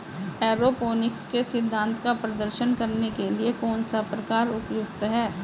Aeroponics के सिद्धांत का प्रदर्शन करने के लिए कौन सा प्रकार उपयुक्त है?